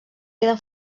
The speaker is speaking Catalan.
queden